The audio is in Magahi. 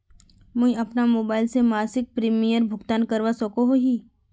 मुई अपना मोबाईल से मासिक प्रीमियमेर भुगतान करवा सकोहो ही?